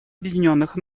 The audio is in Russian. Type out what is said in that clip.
объединенных